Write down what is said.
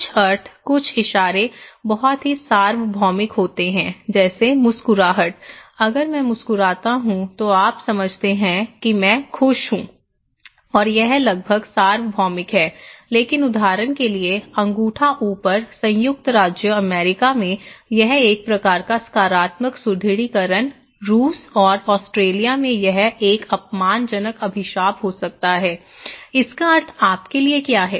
कुछ अर्थ कुछ इशारे बहुत ही सार्वभौमिक होते हैं जैसे मुस्कुराहट अगर मैं मुस्कुराता हूँ तो आप समझते हैं कि मैं खुश हूँ और यह लगभग सार्वभौमिक है लेकिन उदाहरण के लिए अंगूठा ऊपर संयुक्त राज्य अमेरिका में यह एक प्रकार का सकारात्मक सुदृढीकरण रूस और ऑस्ट्रेलिया में यह एक अपमानजनक अभिशाप हो सकता है इसका अर्थ आपके लिए क्या है